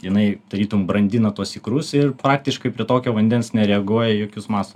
jinai tarytum brandina tuos ikrus ir praktiškai prie tokio vandens nereaguoja į jokius mąsalus